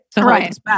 Right